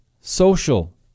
social